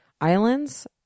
islands